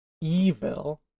Evil